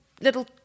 little